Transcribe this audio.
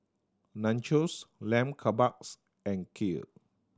Nachos Lamb Kebabs and Kheer